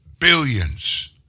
billions